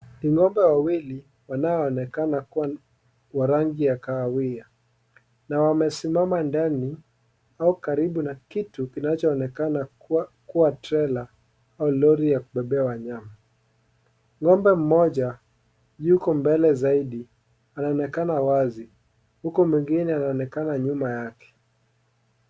Ni ngombe wawili wanaonekana kuwa wa rangi ya kahawia na wamesimama ndani au karibu na kitu kinachoonekana kuwa trela au lori ya kubebea wanyama , ngombe mmoja yuko mbele zaidi anaonekana wazi huku mwingine anaonekana nyuma yake.